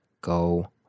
go